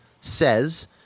says